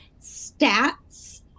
stats